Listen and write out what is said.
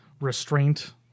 restraint